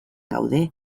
gaude